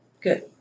good